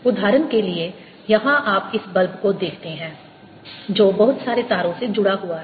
उदाहरण के लिए यहां आप इस बल्ब को देखते हैं जो बहुत सारे तारों से जुड़ा हुआ है